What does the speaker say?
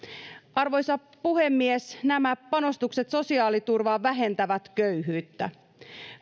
arvoisa puhemies nämä panostukset sosiaaliturvaan vähentävät köyhyyttä